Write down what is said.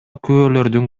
күбөлөрдүн